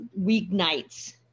weeknights